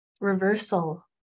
reversal